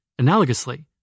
Analogously